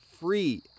free